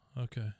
Okay